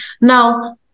Now